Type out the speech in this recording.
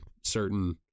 certain